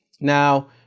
Now